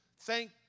Thank